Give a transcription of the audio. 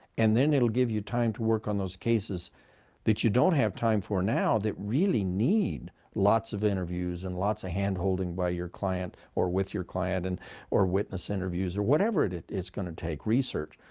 and then it'll give you time to work on those cases that you don't have time for now that really need lots of interviews, and lots of hand-holding by your client or with your client, and or witness interviews, or whatever it it is going to take, research.